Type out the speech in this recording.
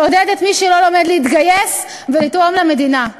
תעודד את מי שלא לומד להתגייס ולתרום למדינה.